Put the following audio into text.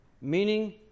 meaning